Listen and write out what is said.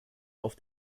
auf